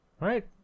Right